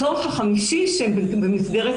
הצורך החמישי במסגרת